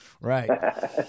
right